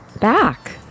back